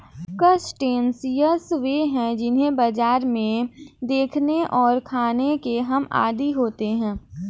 crustaceans वे हैं जिन्हें बाजारों में देखने और खाने के हम आदी होते हैं